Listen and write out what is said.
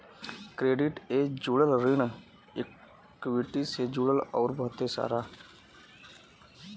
credit ए जुड़ल, ऋण इक्वीटी से जुड़ल अउर बहुते सारा